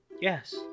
Yes